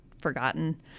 forgotten